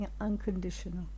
unconditional